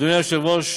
אדוני היושב-ראש,